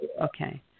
Okay